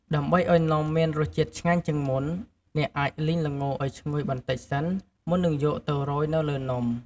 ដើម្បីឱ្យនំមានរសជាតិឆ្ងាញ់ជាងមុន អ្នកអាចលីងល្ងឱ្យឈ្ងុយបន្តិចសិន មុននឹងយកមកទៅរោយនៅលើនំ។